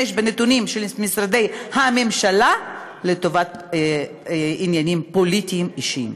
בנתונים של משרדי הממשלה לעניינים פוליטיים אישיים.